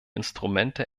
instrumente